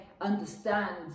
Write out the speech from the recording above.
understand